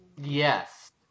Yes